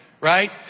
Right